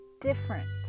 different